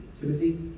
Timothy